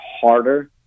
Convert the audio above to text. harder